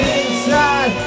inside